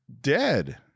dead